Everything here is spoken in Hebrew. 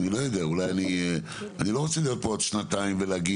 אני לא רוצה להיות פה בעוד שנתיים ולהגיד,